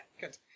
good